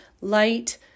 light